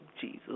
Jesus